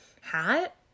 hat